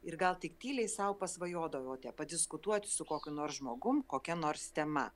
ir gal tik tyliai sau pasvajodavote padiskutuoti su kokiu nors žmogum kokia nors tema